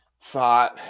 thought